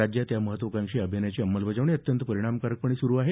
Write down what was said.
राज्यात या महत्त्वाकांक्षी अभियानाची अंमलबजावणी अत्यंत परिणामकारकपणे सुरु आहे